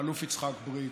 האלוף יצחק בריק.